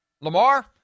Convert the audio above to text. Lamar